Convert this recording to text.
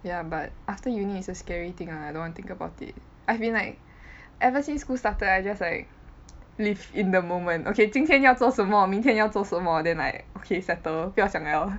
ya but after uni is a scary thing ah I don't wanna think about it I mean like ever since school started I just like live in the moment okay 今天要做什么明天要做什么 than like okay settle 不要想 liao